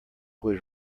was